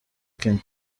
kenya